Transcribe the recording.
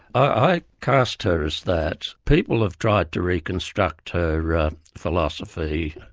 i cast her as that. people have tried to reconstruct her philosophy,